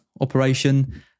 operation